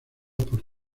por